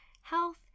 health